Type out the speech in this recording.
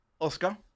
Oscar